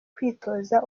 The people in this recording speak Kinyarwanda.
kwitoza